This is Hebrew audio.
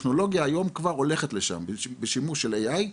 שהטכנולוגיה היום כבר הולכת לשם, בשימוש של AI,